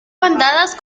bandadas